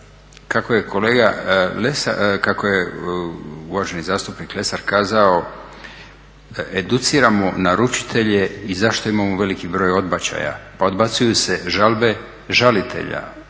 kako je uvaženi zastupnik Lesar kazao educiramo naručitelje i zašto imamo veliki broj odbačaja. Pa odbacuju se žalbe žalitelja.